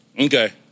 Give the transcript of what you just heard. Okay